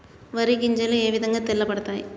వరి గింజలు ఏ విధంగా తెల్ల పడతాయి?